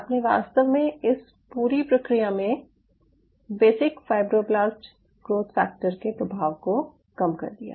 आपने वास्तव में इस पूरी प्रक्रिया में बेसिक फाईब्रोब्लास्ट ग्रोथ फैक्टर के प्रभाव को कम कर दिया